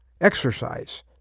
Exercise